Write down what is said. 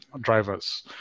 drivers